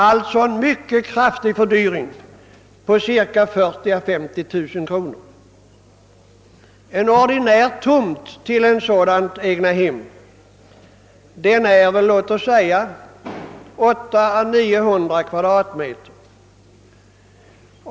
Det har alltså blivit en fördyring på cirka 40 000 å 50 000 kronor. En ordinär tomt för ett sådant eget hem är väl omkring 800 å 900 kvm.